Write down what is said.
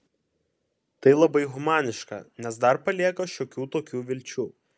tai labai humaniška nes dar palieka šiokių tokių vilčių